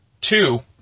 two